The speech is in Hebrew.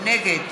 נגד